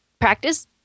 practice